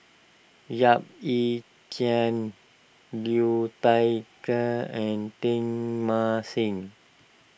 Yap Ee Chian Liu Thai Ker and Teng Mah Seng